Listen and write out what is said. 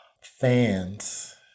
fans